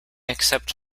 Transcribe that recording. accept